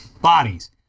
bodies